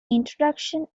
introduction